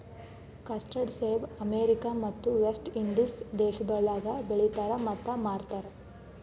custard ಸೇಬ America ಮತ್ತ West Indies ದೇಶಗೊಳ್ದಾಗ್ ಬೆಳಿತಾರ್ ಮತ್ತ ಮಾರ್ತಾರ್